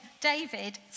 David